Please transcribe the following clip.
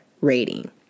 rating